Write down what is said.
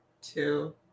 Two